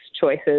choices